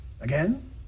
again